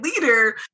leader